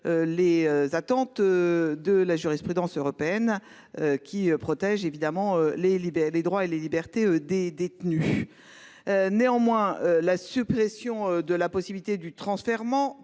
les attentes de la jurisprudence européenne, qui protège évidemment les droits et les libertés des détenus. Néanmoins, la suppression de la possibilité du transfèrement